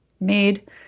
made